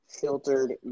filtered